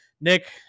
Nick